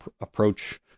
approach